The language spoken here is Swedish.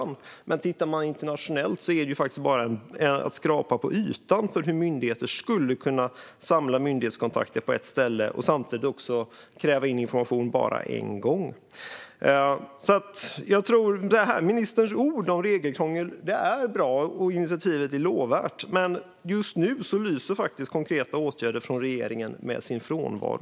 Men om man tittar internationellt kan man se att det bara är att skrapa på ytan när det gäller att samla myndighetskontakter på ett ställe och samtidigt kräva in information bara en gång. Ministerns ord om regelkrångel är bra, och initiativet är lovvärt. Men just nu lyser konkreta åtgärder från regeringen med sin frånvaro.